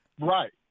Right